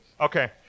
Okay